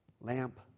lamp